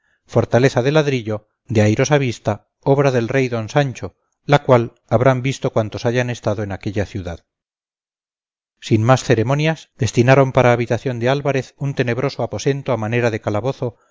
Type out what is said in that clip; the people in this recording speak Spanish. fortaleza de ladrillo de airosa vista obra del rey d sancho la cual habrán visto cuantos hayan estado en aquella ciudad sin más ceremonias destinaron para habitación de álvarez un tenebroso aposento a manera de calabozo